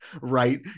right